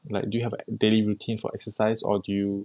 like do you have a daily routine for exercise or do you